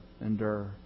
Endure